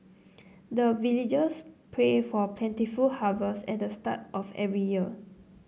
the villagers pray for plentiful harvest at the start of every year